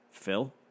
Phil